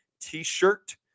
t-shirt